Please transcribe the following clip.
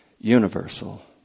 universal